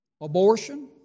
abortion